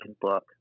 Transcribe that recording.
book